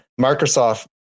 Microsoft